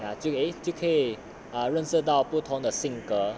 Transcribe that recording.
err 就 eh 就可以 um 认识到 eh 不同的性格